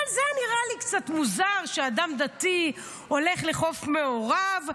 אבל זה היה נראה לי קצת מוזר שאדם דתי הולך לחוף מעורב,